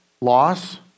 loss